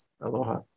Aloha